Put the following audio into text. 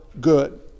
good